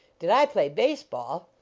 did i play base-ball?